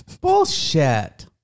Bullshit